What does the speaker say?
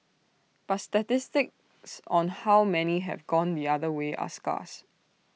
but statistics on how many have gone the other way are scarce